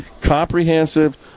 comprehensive